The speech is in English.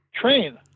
train